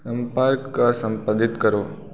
सम्पर्क का सम्पादित करो